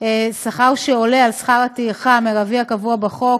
שכר שעולה על שכר הטרחה המרבי הקבוע בחוק,